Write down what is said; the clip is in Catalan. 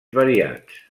variats